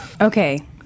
Okay